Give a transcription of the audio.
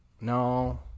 No